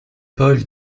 paul